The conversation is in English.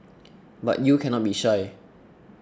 but you cannot be shy